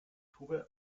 tube